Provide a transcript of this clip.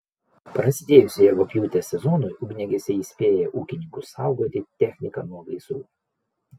prasidėjus javapjūtės sezonui ugniagesiai įspėja ūkininkus saugoti techniką nuo gaisrų